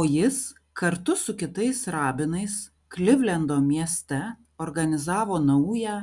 o jis kartu su kitais rabinais klivlendo mieste organizavo naują